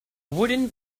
wooden